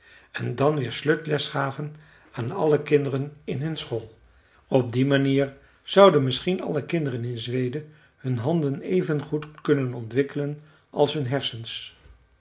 en dan weer slöjdles gaven aan alle kinderen in hun school op die manier zouden misschien alle kinderen in zweden hun handen evengoed kunnen ontwikkelen als hun hersens